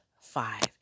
five